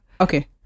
Okay